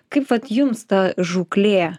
kaip vat jums ta žūklė